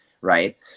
right